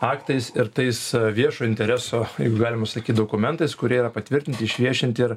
aktais ir tais viešo intereso jeigu galima sakyt dokumentais kurie yra patvirtinti išviešinti ir